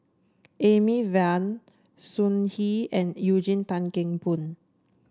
Amy Van Sun Yee and Eugene Tan Kheng Boon